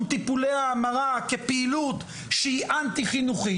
טיפולי ההמרה כפעילות שהיא אנטי חינוכית,